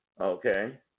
Okay